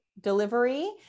delivery